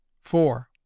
four